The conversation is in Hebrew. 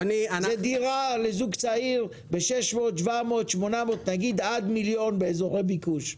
זה דירה לזוג צעיר ב-600,000 עד מיליון באזורי ביקוש.